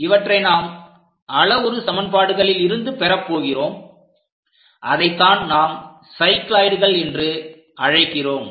இவற்றை நாம் அளவுரு சமன்பாடுகளில் இருந்து பெறப் போகிறோம்அதைத்தான் நாம் சைக்ளோய்டுகள் என்று அழைக்கிறோம்